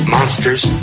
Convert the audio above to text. Monsters